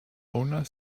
owner